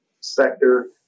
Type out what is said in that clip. sector